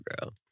girl